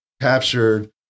captured